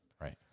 Right